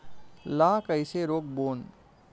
ला कइसे रोक बोन?